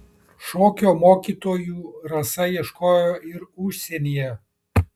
šokio mokytojų rasa ieškojo ir užsienyje